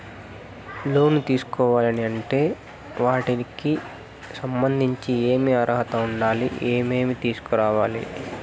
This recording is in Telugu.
లోను తీసుకోవాలి అంటే వాటికి సంబంధించి ఏమి అర్హత ఉండాలి, ఏమేమి తీసుకురావాలి